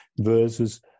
versus